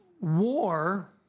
war